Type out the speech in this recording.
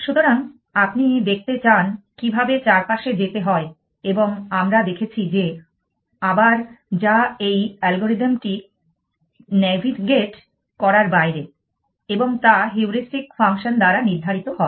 সুতরাং আপনি দেখতে চান কিভাবে চারপাশে যেতে হয় এবং আমরা দেখেছি যে আবার যা এই অ্যালগরিদমটি নেভিগেট করার বাইরে এবং তা হিউরিস্টিক ফাংশন দ্বারা নির্ধারিত হয়